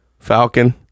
Falcon